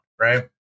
Right